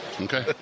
Okay